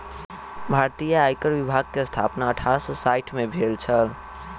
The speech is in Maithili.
भारतीय आयकर विभाग के स्थापना अठारह सौ साइठ में भेल छल